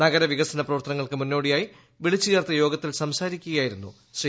നഗര വികസന പ്രവർത്തനങ്ങൾക്ക് മുന്നോടിയായി വിളിച്ചു ചേർത്ത യോഗത്തിൽ സംസാരിക്കുകയായിരുന്നു ശ്രീ